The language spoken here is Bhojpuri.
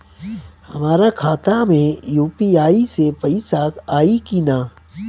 हमारा खाता मे यू.पी.आई से पईसा आई कि ना?